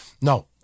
no